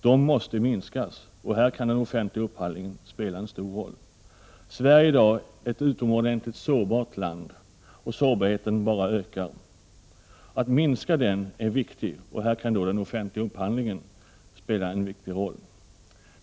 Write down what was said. De måste minskas, och här kan den offentliga upphandlingen spela en stor roll. Sverige är i dag ett utomordentligt sårbart land, och sårbarheten ökar. Att minska den är viktigt, och i detta sammanhang kan den offentliga upphandlingen spela en nyckelroll.